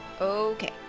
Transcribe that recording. Okay